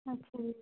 ਅੱਛਾ ਜੀ